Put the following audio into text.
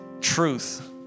truth